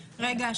רגע.